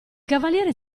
cavaliere